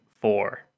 four